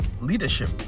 leadership